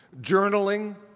journaling